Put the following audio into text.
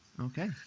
okay